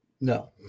No